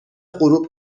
غروب